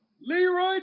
Leroy